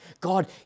God